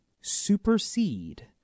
supersede